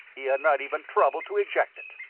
he had not even troubled to eject it.